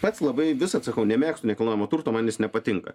pats labai visad sakau nemėgstu nekilnojamo turto man jis nepatinka